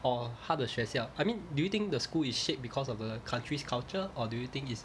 or 他的学校 I mean do you think the school is shaped because of the country's culture or do you think it's